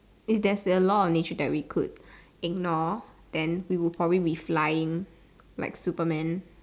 if there's a law of nature that we could ignore then we would probably be flying like Superman